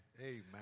Amen